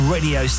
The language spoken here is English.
Radio